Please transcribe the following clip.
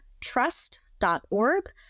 trust.org